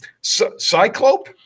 Cyclope